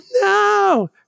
No